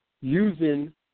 using